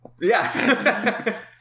Yes